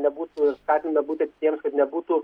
nebūtų skatiname būti atidiems kad nebūtų